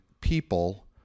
people